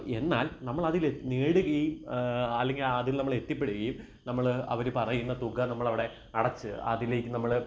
എന്നാൽ നമ്മളതില് നേടുകയും അല്ലെങ്കില് അതിൽ നമ്മൾ എത്തിപ്പെടുകയും നമ്മള് അവര് പറയുന്ന തുക നമ്മളവിടെ അടച്ച് അതിലേക്കു നമ്മള്